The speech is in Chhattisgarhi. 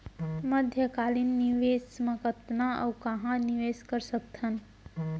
मध्यकालीन निवेश म कतना अऊ कहाँ निवेश कर सकत हन?